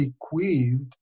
bequeathed